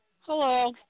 hello